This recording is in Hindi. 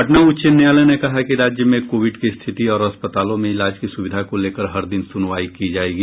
पटना उच्च न्यायालय ने कहा कि राज्य में कोविड की स्थिति और अस्पतालों में इलाज की सुविधा को लेकर हर दिन सुनवाई की जायेगी